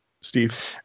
Steve